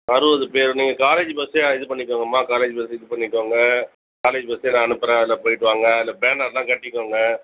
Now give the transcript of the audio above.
அறுபது பேர் நீங்கள் காலேஜ் பஸ்ஸையே இது பண்ணிக்கோங்கம்மா காலேஜ் பஸ் இது பண்ணிக்கோங்க காலேஜ் பஸ்ஸே நான் அனுப்புகிறேன் அதில் போயிவிட்டு வாங்க அதில் பேனர்லாம் கட்டிக்கோங்க